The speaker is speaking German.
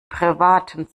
privaten